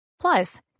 Plus